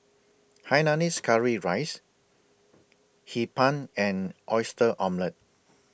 Hainanese Curry Rice Hee Pan and Oyster Omelette